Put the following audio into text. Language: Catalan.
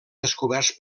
descoberts